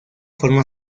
forma